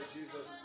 Jesus